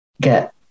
get